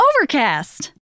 Overcast